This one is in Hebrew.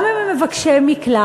גם אם הם מבקשי מקלט,